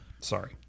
sorry